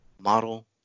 model